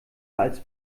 als